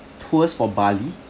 tours for bali